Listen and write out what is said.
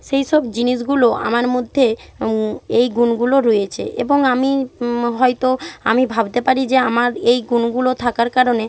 সেই সব জিনিসগুলো আমার মধ্যে এই গুণগুলো রয়েছে এবং আমি হয়তো আমি ভাবতে পারি যে আমার এই গুণগুলো থাকার কারণে